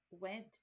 went